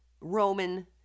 Roman